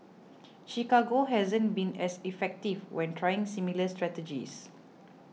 Chicago hasn't been as effective when trying similar strategies